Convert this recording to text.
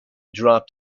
dropped